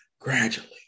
gradually